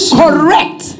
correct